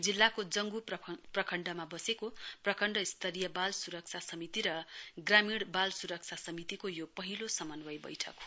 जिल्लाको जंग् प्रखण्डमा बसेको प्रखण्ड स्तरीय बाल स्रक्षा समिति र ग्रामीणबाल स्रक्षा समितिको यो पहिलो सम्न्वय बैठक हो